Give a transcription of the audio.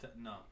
No